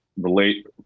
relate